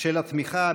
של התמיכה הבין-לאומית.